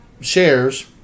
shares